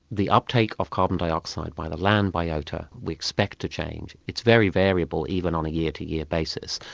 the uptake of carbon dioxide by the land biota, we expect to change. it's very variable, even on a year-to-year basis.